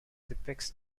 depicts